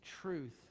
truth